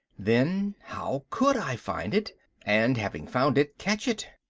then how could i find it and having found it, catch it?